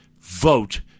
vote